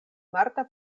marta